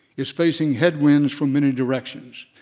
is facing headwinds from many directions.